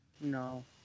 no